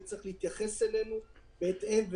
וצריך להתייחס אלינו בהתאם.